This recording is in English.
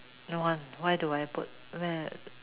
no one why do I put where